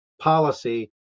policy